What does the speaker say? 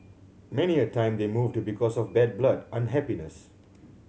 many a time they moved because of bad blood unhappiness